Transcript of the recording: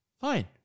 Fine